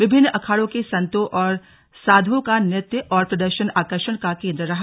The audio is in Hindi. विभिन्न अखाड़ों के संतो और साधुओं का नृत्य और प्रदर्शन आकर्षण का केन्द्र रहा